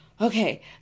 okay